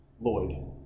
Lloyd